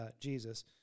Jesus